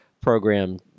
program